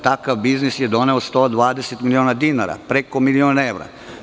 Takav biznis je doneo 120 miliona dinara, preko milion evra.